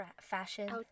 fashion